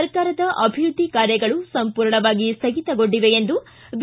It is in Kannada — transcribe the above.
ಸರ್ಕಾರದ ಅಭಿವೃದ್ದಿ ಕಾರ್ಯಗಳು ಸಂಪೂರ್ಣವಾಗಿ ಸ್ಥಗಿತಗೊಂಡಿವೆ ಎಂದು ಬಿ